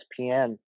ESPN